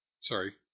sorry